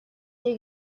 дээ